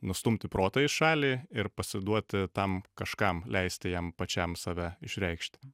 nustumti protą į šalį ir pasiduoti tam kažkam leisti jam pačiam save išreikšti